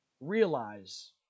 realize